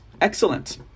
Excellent